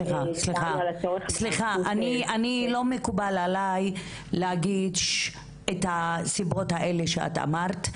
לא מקובל עליי לומר את הסיבות שאת מציינת.